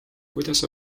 kuidas